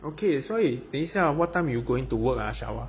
okay 所以等一下 what time you going to work ah shower